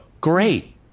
great